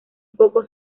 poco